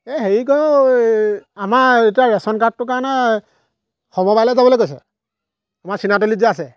এই হেৰিকৈয়ো আমাৰ এতিয়া ৰেচন কাৰ্ডটো কাৰণে সমবায়লৈ যাবলৈ কৈছে আমাৰ চিনাতলিত যে আছে